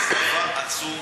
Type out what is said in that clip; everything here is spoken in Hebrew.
צבא עצום,